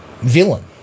villain